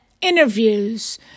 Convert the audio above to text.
interviews